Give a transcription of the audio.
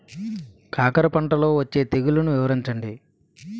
కాకర పంటలో వచ్చే తెగుళ్లను వివరించండి?